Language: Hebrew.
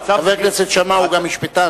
חבר הכנסת שאמה הוא גם משפטן.